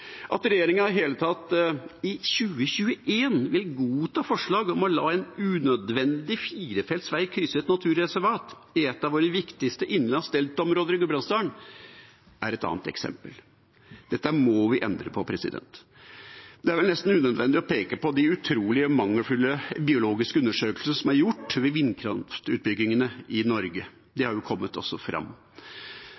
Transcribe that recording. At regjeringa i det hele tatt i 2021 vil godta forslag om å la en unødvendig firefelts vei krysse et naturreservat i et av våre viktigste innlandsdeltaområder i Gudbrandsdalen, er et annet eksempel. Dette må vi endre på. Det er vel nesten unødvendig å peke på de utrolig mangelfulle biologiske undersøkelsene som er gjort ved vindkraftutbyggingene i Norge. Det